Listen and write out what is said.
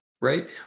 right